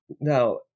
now